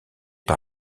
par